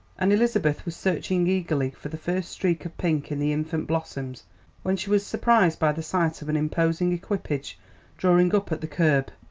and elizabeth was searching eagerly for the first streak of pink in the infant blossoms when she was surprised by the sight of an imposing equipage drawing up at the curb.